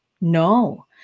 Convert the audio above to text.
No